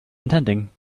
intending